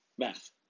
Math